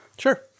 Sure